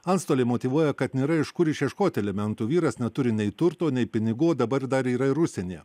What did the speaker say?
antstoliai motyvuoja kad nėra iš kur išieškoti alimentų vyras neturi nei turto nei pinigų dabar dar yra ir užsienyje